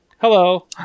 hello